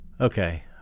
Okay